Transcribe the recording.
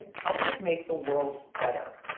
help us make the world better.